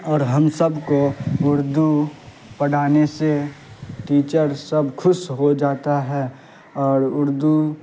اور ہم سب کو اردو پڑھانے سے ٹیچر سب خوش ہو جاتا ہے اور اردو